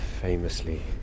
Famously